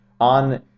on